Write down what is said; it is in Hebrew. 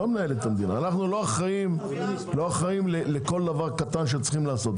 אנו לא אחראים לכל דבר קטן שצריך לעשות.